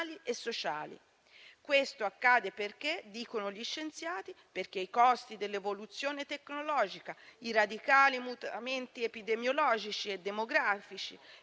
Questo accade perché - dicono gli scienziati - i costi dell'evoluzione tecnologica, i radicali mutamenti epidemiologici e demografici